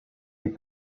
les